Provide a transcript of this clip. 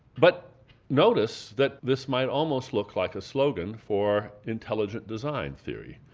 but notice that this might almost look like a slogan for intelligent design theory.